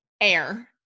air